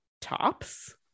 tops